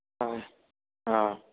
অঁ অঁ